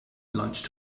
lunch